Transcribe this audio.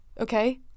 okay